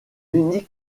unique